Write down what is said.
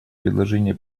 предложение